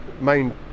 main